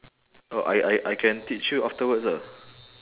oh I I I can teach you afterwards ah